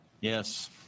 Yes